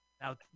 Now